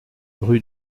rue